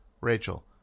Rachel